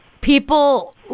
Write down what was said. people